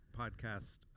podcast